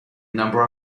number